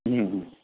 ம் ம்